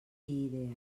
idees